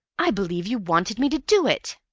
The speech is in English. i believe you wanted me to do it!